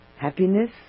happiness